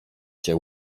się